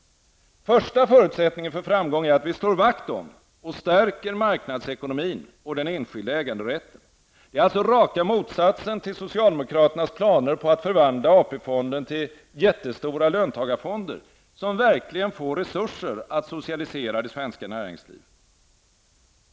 Första förutsättningen för framgång är att vi slår vakt om och stärker marknadsekonomin och den enskilda äganderätten. Det är alltså raka motsatsen till socialdemokraternas planer på att förvandla AP-fonden till jättestora löntagarfonder, som verkligen får resurser att socialisera det svenska näringslivet.